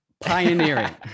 Pioneering